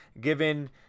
given